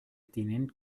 tinent